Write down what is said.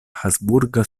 habsburga